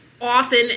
often